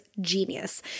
genius